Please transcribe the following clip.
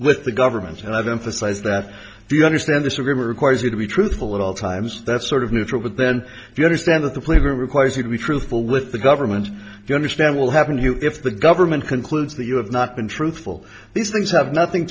with the government and i've emphasized that you understand this agreement requires you to be truthful at all times that's sort of neutral but then if you understand that the player requires you to be truthful with the government you understand will happen to you if the government concludes that you have not been truthful these things have nothing